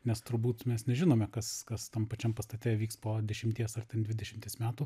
nes turbūt mes nežinome kas kas tam pačiam pastate vyks po dešimties ar dvidešimties metų